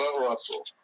Russell